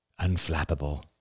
Unflappable